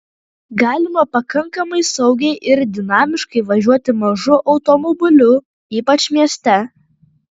galima pakankamai saugiai ir dinamiškai važiuoti mažu automobiliu ypač mieste